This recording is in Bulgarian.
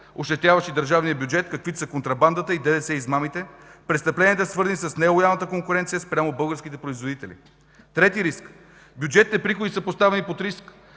ощетяващи държавния бюджет, каквито са контрабандата и ДДС-измамите, престъпленията, свързани с нелоялната конкуренция спрямо българските производители. Тери риск: Бюджетните приходи са поставени под риск,